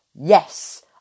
Yes